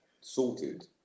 sorted